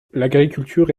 l’agriculture